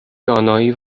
دانایی